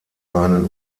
einen